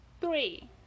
Three